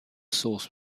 source